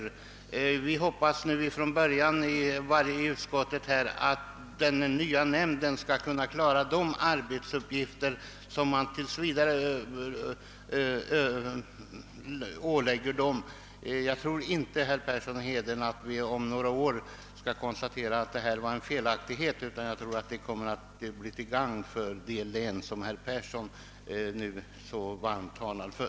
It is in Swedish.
Det var vår förhoppning från början i utskottet att de nya nämnderna skall kunna klara de arbetsuppgifter som kommer att åläggas dem. Jag tror inte, herr Persson i Heden, att vi om några år skall behöva konstatera att detta var ett felaktigt beslut. Jag tror tvärtom att det kommer att bli till gagn också för det län som herr Persson i Heden nu så varmt talar för.